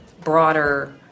broader